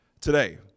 today